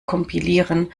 kompilieren